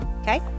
Okay